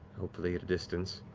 hopefully at a distance